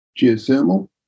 geothermal